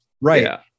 right